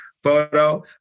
Photo